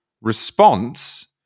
response